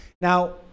now